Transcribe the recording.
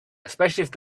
especially